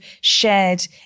shared